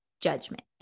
judgment